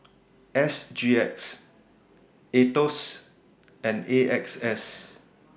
S G X Aetos and A X S